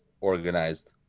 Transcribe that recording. organized